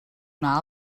una